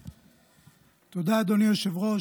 תודה, אדוני היושב-ראש.